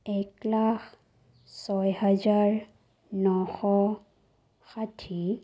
এক লাখ ছয় হাজাৰ নশ ষাঠি